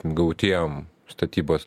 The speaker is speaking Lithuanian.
gautiem statybos